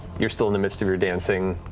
you're still in the midst of your dancing.